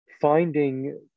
finding